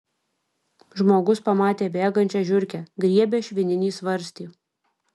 žmogus pamatė bėgančią žiurkę griebia švininį svarstį